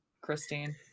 Christine